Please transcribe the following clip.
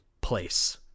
place